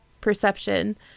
perception